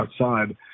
outside